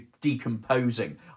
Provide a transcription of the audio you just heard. decomposing